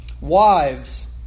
wives